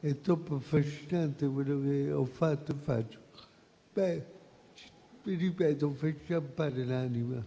è troppo affascinante quello che ho fatto e faccio - ci fa inciampare l'anima.